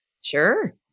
Sure